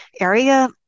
area